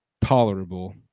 tolerable